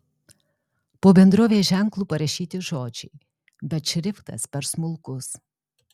po bendrovės ženklu parašyti žodžiai bet šriftas per smulkus